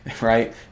right